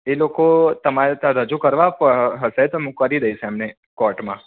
તે લોકો તમારે ત્યાં રજૂ કરવા હ હશે તો હું કરી દઈશ તેમને કોર્ટમાં